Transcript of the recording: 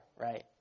right